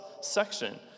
section